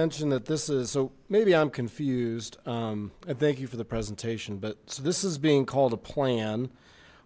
mentioned that this is so maybe i'm confused and thank you for the presentation but so this is being called a plan